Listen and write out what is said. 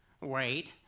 Wait